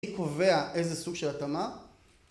מי קובע איזה סוג של התאמה?